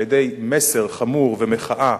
על-ידי מסר חמור ומחאה,